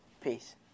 Peace